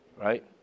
Right